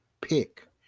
pick